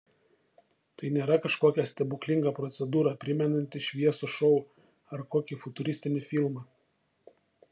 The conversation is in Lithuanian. tai nėra kažkokia stebuklinga procedūra primenanti šviesų šou ar kokį futuristinį filmą